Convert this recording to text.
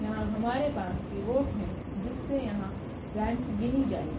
यहां हमारे पास पिवोट है जिससे यहां रेंक गिनी जाएगी